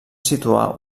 situar